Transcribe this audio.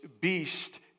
beast